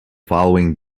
following